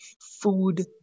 food